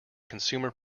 consumer